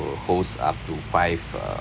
host up to five uh